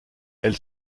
elle